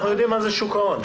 אנחנו יודעים מה זה שוק ההון.